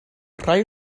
rhai